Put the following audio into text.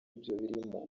byo